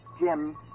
Jim